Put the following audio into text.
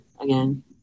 again